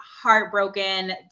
heartbroken